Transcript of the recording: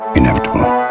Inevitable